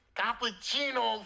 cappuccino